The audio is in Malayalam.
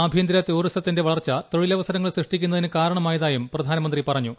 ആഭ്യന്തര ടൂറിസത്തിന്റെ വളർച്ച തൊഴിലവസരങ്ങൾ സൃഷ്ടിക്കുന്നതിന് കാരണമായതായും പ്രധാനമന്ത്രി പറഞ്ഞു